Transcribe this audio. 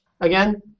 again